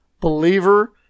believer